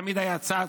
תמיד היה צץ